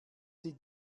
sie